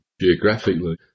geographically